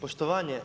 Poštovanje.